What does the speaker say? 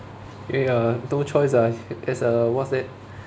ya no choice ah it's a what's that